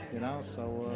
you know, so.